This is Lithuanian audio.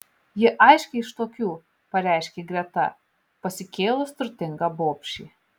ji aiškiai iš tokių pareiškė greta pasikėlus turtinga bobšė